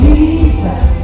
Jesus